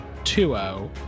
2-0